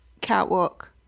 catwalk